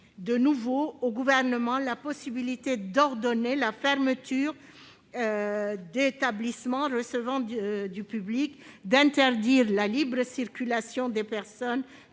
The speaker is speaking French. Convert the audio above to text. de nouveau au Gouvernement la possibilité d'ordonner la fermeture d'établissements recevant du public ou d'interdire la libre circulation des personnes